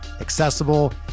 accessible